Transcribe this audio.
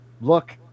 Look